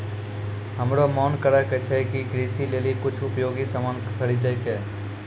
हमरो मोन करै छै कि कृषि लेली कुछ उपयोगी सामान खरीदै कै